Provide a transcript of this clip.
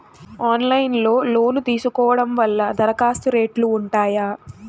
Online లో loan తీసుకోవడం వల్ల దరఖాస్తు రేట్లు ఉంటాయా?